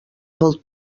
pel